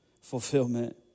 fulfillment